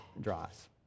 draws